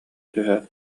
түһээт